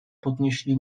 podnieśli